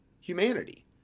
humanity